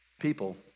people